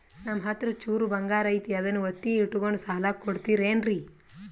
ನಮ್ಮಹತ್ರ ಚೂರು ಬಂಗಾರ ಐತಿ ಅದನ್ನ ಒತ್ತಿ ಇಟ್ಕೊಂಡು ಸಾಲ ಕೊಡ್ತಿರೇನ್ರಿ?